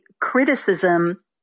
criticism